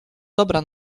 dobra